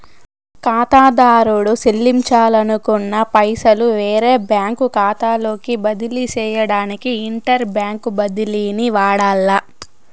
కాతాదారుడు సెల్లించాలనుకున్న పైసలు వేరే బ్యాంకు కాతాలోకి బదిలీ సేయడానికి ఇంటర్ బ్యాంకు బదిలీని వాడాల్ల